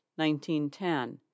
1910